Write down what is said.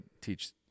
teach